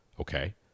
Okay